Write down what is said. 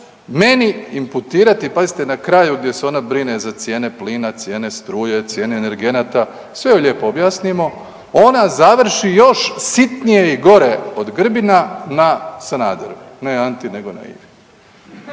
meni imputirati pazite na kraju gdje se ona brine za cijene plina, cijene struje, cijeni energenata, sve joj lijepo objasnimo, ona završi još sitnije i gore od Grbina na Sanderu, ne Anti nego na Ivi.